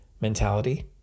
mentality